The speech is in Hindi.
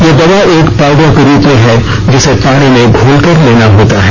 यह देवा एक पाउडर के रुप में है जिसे पानी में घोलकर लेना होता है